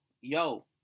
yo